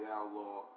Outlaw